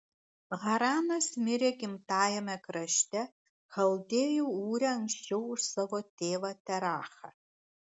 haranas mirė gimtajame krašte chaldėjų ūre anksčiau už savo tėvą terachą